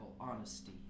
honesty